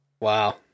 Wow